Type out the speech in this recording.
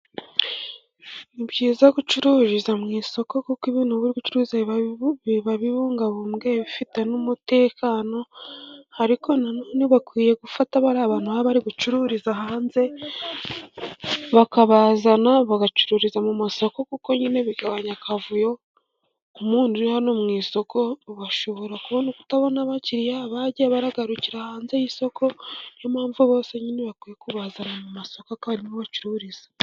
Ni byiza gucururiza mu isoko kuko ibintu uri gucuruza biba bibungabunzwe, bifite n'umutekano, ariko nanone bakwiye gufata bariya abantu baba bari bucururiza hanze, bakabazana bagacururiza mu masoko, kuko nyine bigabanya akavuyo, nk'umuntu uri hano mu isoko bashobora kutabona abakiriya bagiye baragarukira hanze y'isoko, ni yo mpamvu bose nyine ntibakwiye kubazana mu masoko ko harimo bacururiza.